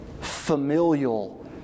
familial